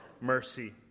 mercy